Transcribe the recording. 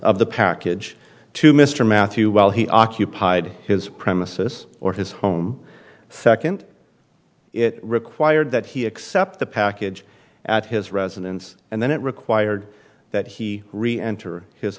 of the package to mr matthew while he occupied his premises or his home second it required that he accept the package at his residence and then it required that he really enter his